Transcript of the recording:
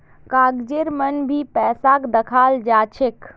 कागजेर मन भी पैसाक दखाल जा छे